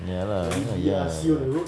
ya lah ya ya